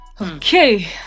Okay